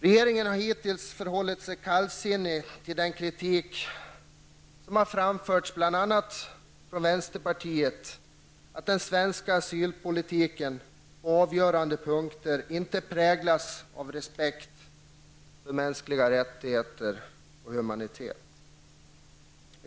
Regeringen har hittills förhållit sig kallsinnig till den kritik som framförts av bl.a. vänsterpartiet om att svensk asylpolitik på avgörande punkter inte präglas av respekt för mänskliga rättigheter och humanitet.